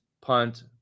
punt